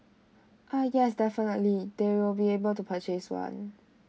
ah yes definitely they will be able to purchase one